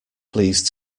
please